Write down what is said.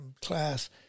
class